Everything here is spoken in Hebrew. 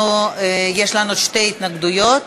ואז יש לנו שתי התנגדויות,